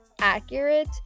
accurate